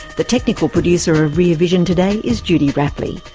the technical producer of rear vision today is judy rapley.